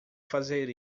fazer